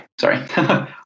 sorry